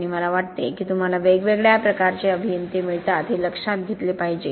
आणि मला वाटते की तुम्हाला वेगवेगळ्या प्रकारचे अभियंते मिळतात हे लक्षात घेतले पाहिजे